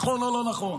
נכון או לא נכון?